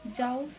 जाऊ